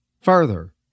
Further